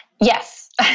Yes